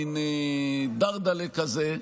מין דרדלה כזה,